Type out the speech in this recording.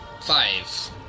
Five